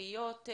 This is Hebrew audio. תהיות,